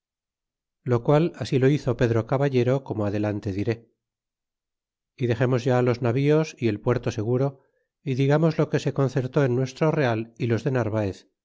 lo qual así lo hizo pedro caballero como adelante diré y dexeinos ya los navíos y el puerto seguro y digamos lo que se concertó en nuestro real é los de narvaez